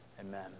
Amen